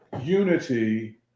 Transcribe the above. unity